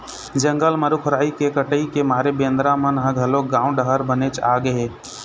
जंगल म रूख राई के कटई के मारे बेंदरा मन ह घलोक गाँव डहर बनेच आगे हे